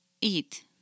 eat